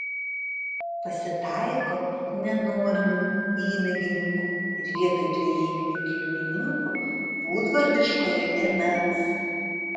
pasitaiko nenorminių įnagininkų ir vietoj dvejybinių kilmininkų būdvardiškojo dėmens